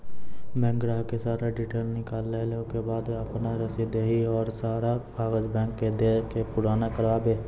Bank ग्राहक के सारा डीटेल निकालैला के बाद आपन रसीद देहि और सारा कागज बैंक के दे के पुराना करावे?